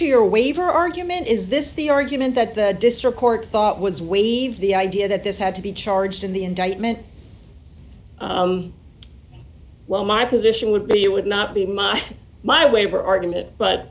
to your waiver argument is this the argument that the district court thought was waived the idea that this had to be charged in the indictment well my position would be it would not be my my way were argument but